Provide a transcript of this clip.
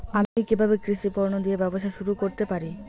আমি কিভাবে কৃষি পণ্য দিয়ে ব্যবসা শুরু করতে পারি?